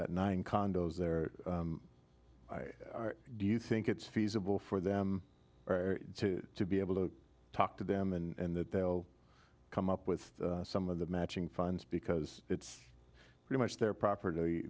got nine condos there do you think it's feasible for them to be able to talk to them and that they'll come up with some of the matching funds because it's pretty much their property